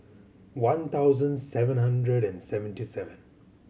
one thousand seven hundred and seventy seven